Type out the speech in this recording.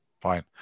fine